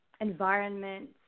environment